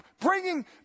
bringing